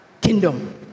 kingdom